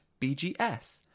BGS